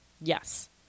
Yes